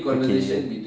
okay